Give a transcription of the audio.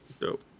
Dope